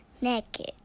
naked